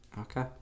Okay